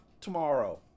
tomorrow